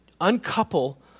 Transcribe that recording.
uncouple